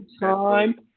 time